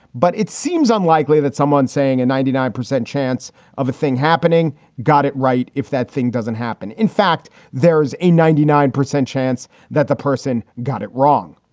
but it seems unlikely that someone saying a ninety nine percent chance of a thing happening got it right. if that thing doesn't happen, in fact, there is a nine percent chance that the person got it wrong.